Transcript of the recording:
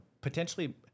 Potentially